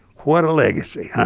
what a legacy, huh?